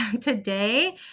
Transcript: today